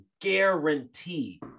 guarantee